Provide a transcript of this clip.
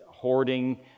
Hoarding